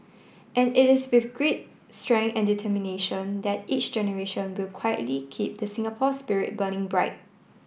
and it is with grit strength and determination that each generation will quietly keep the Singapore spirit burning bright